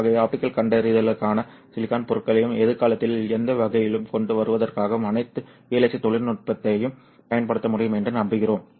ஆகவே ஆப்டிகல் கண்டறிதலுக்கான சிலிக்கான் பொருட்களையும் எதிர்காலத்தில் எந்த வகையிலும் கொண்டு வருவதற்காக அனைத்து VLSI தொழில்நுட்பத்தையும் பயன்படுத்த முடியும் என்று நம்புகிறோம்